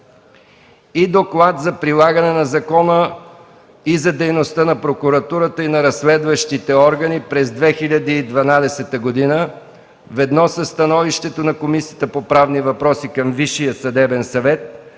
- Доклад за прилагане на закона и за дейността на Прокуратурата и на разследващите органи през 2012 г. ведно със становището на Комисията по правни въпроси към Висшия съдебен съвет,